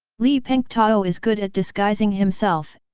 li pengtao is good at disguising himself,